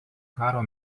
karo